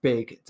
big